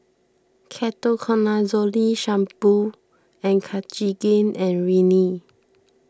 Ketoconazole Shampoo and Cartigain and Rene